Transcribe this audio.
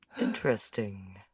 interesting